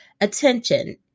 attention